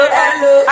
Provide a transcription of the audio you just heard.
hello